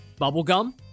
Bubblegum